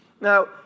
Now